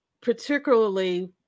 particularly